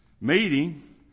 meeting